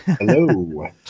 Hello